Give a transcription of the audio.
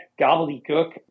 gobbledygook